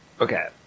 Okay